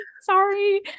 sorry